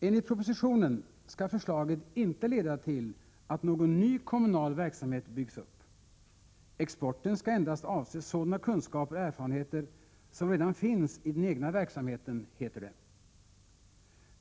Enligt propositionen skall förslaget inte leda till att någon ny kommunal verksamhet byggs upp. Exporten skall endast avse sådana kunskaper och erfarenheter som redan finns i den egna verksamheten, heter det.